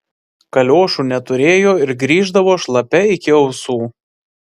kaliošų neturėjo ir grįždavo šlapia iki ausų